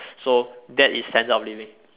so that is standard of living